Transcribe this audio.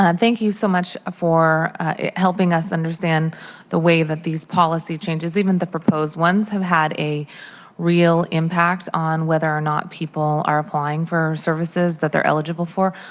thank you so much for helping us understand the way that these policy changes, even the proposed once, have had a real impact on whether or not people are applying for services that they're eligible for.